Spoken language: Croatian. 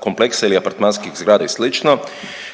kompleksa ili apartmanskih zgrada i slično,